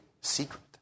secret